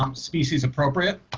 um species-appropriate